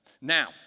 Now